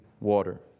water